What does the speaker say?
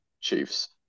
Chiefs